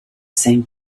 same